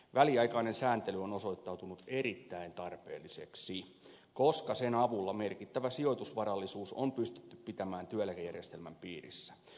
väliaikainen sääntely on osoittautunut erittäin tarpeelliseksi koska sen avulla merkittävä sijoitusvarallisuus on pystytty pitämään työeläkejärjestelmän piirissä